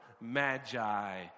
magi